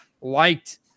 liked